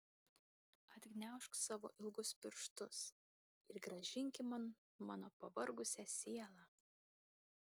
atgniaužk savo ilgus pirštus ir grąžinki man mano pavargusią sielą